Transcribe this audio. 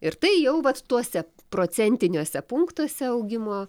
ir tai jau vat tuose procentiniuose punktuose augimo